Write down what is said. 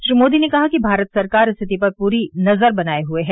श्री मोदी ने कहा कि भारत सरकार स्थिति पर पूरी नजर बनाए हुए है